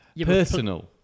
personal